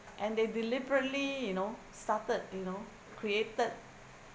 and they deliberately you know started you know created